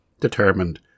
determined